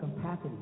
capacity